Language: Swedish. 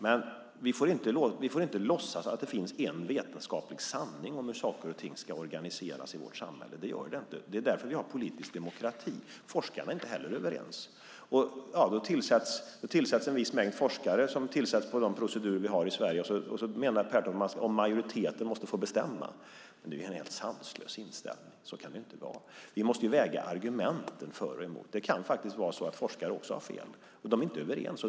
Men vi får inte låtsas att det finns en vetenskaplig sanning om hur saker och ting ska organiseras i vårt samhälle. Det gör det inte. Det är därför vi har politisk demokrati. Forskarna är inte heller överens. En viss mängd forskare tillsätts med den procedur vi har i Sverige och Mats Pertoft menar att majoriteten måste få bestämma. Det är en sanslös inställning. Så kan det ju inte vara. Vi måste väga argument för och emot. Det kan faktiskt vara så att forskare har fel. De är inte överens.